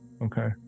Okay